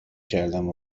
کردم